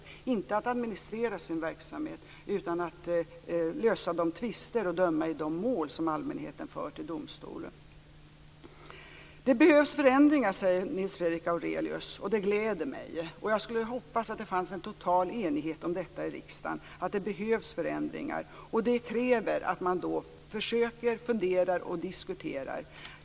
De skall inte ägna sig åt att administrera sin verksamhet utan åt att lösa de tvister och döma i de mål som allmänheten för till domstolen. Nils Fredrik Aurelius säger att det behövs förändringar, och det gläder mig. Jag skulle vilja att det fanns en total enighet i riksdagen om att det behövs förändringar. Det kräver att man försöker, funderar och diskuterar.